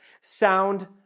Sound